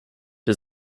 der